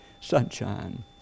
sunshine